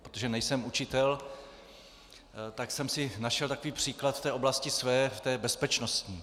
Protože nejsem učitel, tak jsem si našel takový příklad v té oblasti své, v té bezpečnostní.